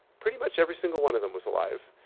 pretty much every single one of them was alive.